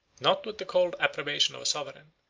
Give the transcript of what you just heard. not with the cold approbation of a sovereign,